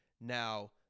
Now